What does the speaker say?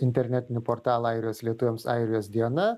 internetinį portalą airijos lietuviams airijos diena